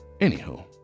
Anywho